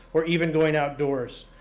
or even going outdoors.